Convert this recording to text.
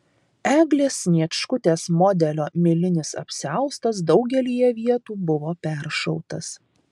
eglės sniečkutės modelio milinis apsiaustas daugelyje vietų buvo peršautas